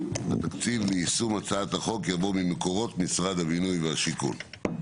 התקציב ליישום הצעת החוק יבוא ממשרד הבינוי והשיכון.